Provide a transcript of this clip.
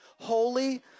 Holy